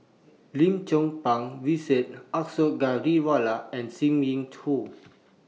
Lim Chong Pang Vijesh Ashok Ghariwala and SIM Yin two